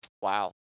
Wow